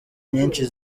nyinshi